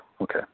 Okay